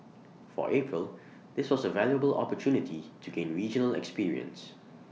for April this was A valuable opportunity to gain regional experience